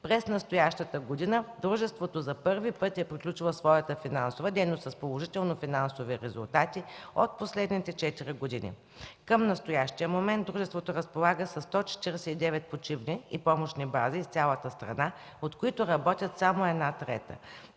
През настоящата година дружеството за първи път е приключило своята финансова дейност с положителни финансови резултати от последните четири години. Към настоящия момент дружеството разполага със 149 почивни и помощни бази в цялата страна, от които работят само една трета и